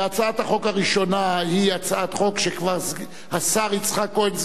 והצעת החוק הראשונה היא הצעת חוק שכבר השר יצחק כהן,